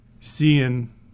seeing